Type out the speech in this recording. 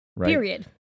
Period